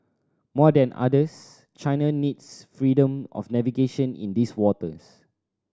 more than others China needs freedom of navigation in these waters